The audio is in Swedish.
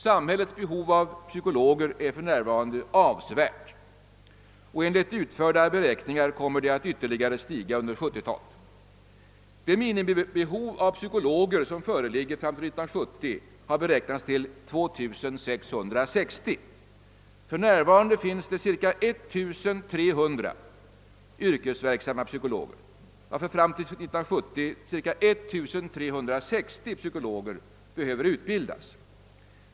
Samhällets behov av psykologer är för närvarande avsevärt, och enligt utförda beräkningar kommer det att ytterligare stiga under 1970-talet. Det minimibehov av psykologer som föreligger fram till 1970 har beräknats till 2 660. För närvarande finns det cirka 1300 yrkesverksamma psykologer, varför fram till 1970 cirka 1360 psykologer behöver utbildning.